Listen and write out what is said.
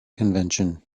convention